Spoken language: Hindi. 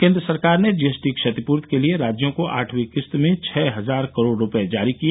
केन्द्र सरकार ने जीएसटी क्षतिपूर्ति के लिए राज्यों को आठवीं किस्त में छह हजार करोड रुपये जारी किए